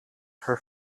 her